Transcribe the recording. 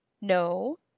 No